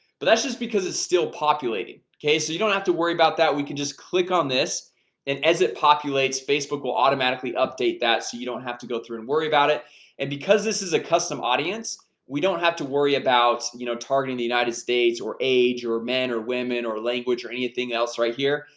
but that's just because it's still populating okay so you don't have to worry about that we can just click on this and as it populates facebook will automatically update that so you don't have to go through and worry about it and because this is a custom audience we don't have to worry about you know targeting the united states or age or men or women or language or anything else right here?